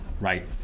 right